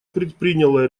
предприняло